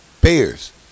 Bears